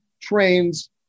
trains